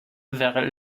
vers